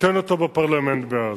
תן אותו בפרלמנט בעזה.